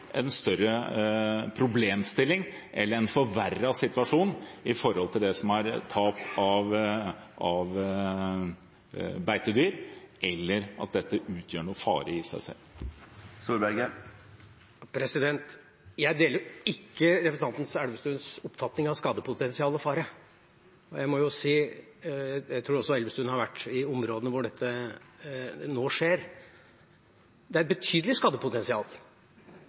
en større bestand. Men det er ikke en større problemstilling eller en forverret situasjon når det gjelder tap av beitedyr, eller at dette utgjør noen fare i seg selv. Jeg deler ikke representanten Elvestuens oppfatning av skadepotensial og fare. Jeg tror også Elvestuen har vært i områdene hvor dette nå skjer. Det er et betydelig